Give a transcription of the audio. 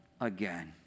again